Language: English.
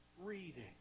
reading